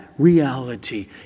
Reality